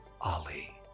Ali